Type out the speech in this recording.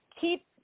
keep